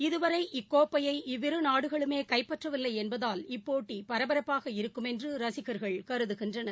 இதுவரை இக்கோப்பையை இவ்விருநாடுகளுமேசைப்பற்றவில்லைஎன்பதால் இப்போட்டிபரபரப்பாக இருக்கும் என்றுரசிகர்கள் கருதுகின்றனர்